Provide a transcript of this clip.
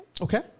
Okay